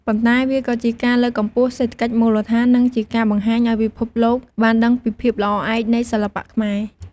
ប៉ុន្តែវាក៏ជាការលើកកម្ពស់សេដ្ឋកិច្ចមូលដ្ឋាន និងជាការបង្ហាញឲ្យពិភពលោកបានដឹងពីភាពល្អឯកនៃសិល្បៈខ្មែរ។